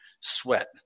sweat